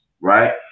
right